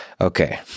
Okay